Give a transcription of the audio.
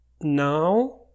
now